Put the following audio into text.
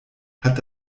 hat